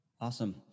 Awesome